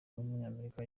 w’umunyamerika